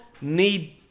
need